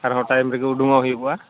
ᱟᱨᱦᱚᱸ ᱴᱟᱭᱤᱢ ᱨᱮᱜᱮ ᱩᱰᱩᱜ ᱠᱚᱜ ᱦᱩᱭᱩᱜᱼᱟ